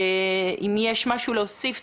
אם יש משהו להוסיף,